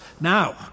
Now